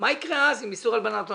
מה יקרה אז עם איסור הלבנת הון.